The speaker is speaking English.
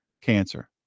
cancer